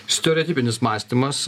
stereotipinis mąstymas